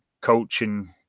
coaching